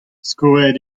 skoet